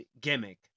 gimmick